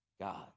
God